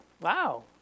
Wow